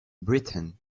britain